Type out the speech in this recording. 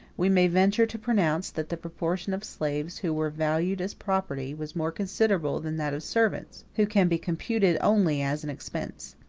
we may venture to pronounce, that the proportion of slaves, who were valued as property, was more considerable than that of servants, who can be computed only as an expense.